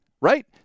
right